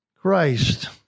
Christ